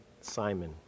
Simon